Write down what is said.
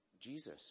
Jesus